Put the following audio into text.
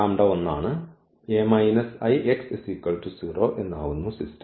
lambda ഇവിടെ 1 ആണ്